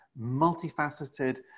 multifaceted